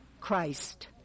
Christ